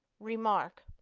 remark.